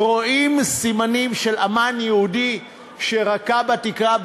רואים סימנים של אמן יהודי שרקע בתקרה,